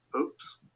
oops